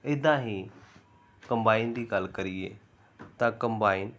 ਇੱਦਾਂ ਹੀ ਕੰਬਾਈਨ ਦੀ ਗੱਲ ਕਰੀਏ ਤਾਂ ਕੰਬਾਈਨ